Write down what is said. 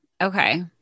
okay